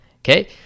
Okay